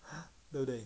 对不对